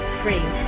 free